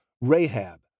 Rahab